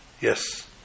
yes